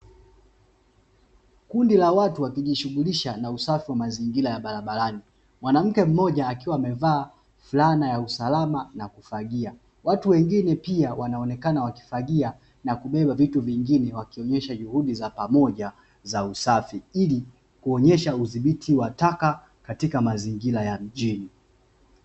Kundi la watu wakijishughulisha na usafi wa mazingira ya barabarani, mwanamke mmoja akiwa amevaa flana ya usalama na kufagia watu wengine pia wanaonekana wakifagia na kubeba vitu vingine wakionyesha juhudi za pamoja za usafi, ili kuonyesha udhibiti wa taka katika mazingira ya mjini.